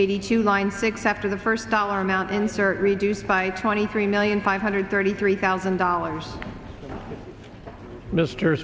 eighty q line six after the first dollar amount insert reduced by twenty three million five hundred thirty three thousand dollars mr